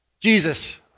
Jesus